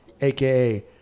aka